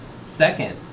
Second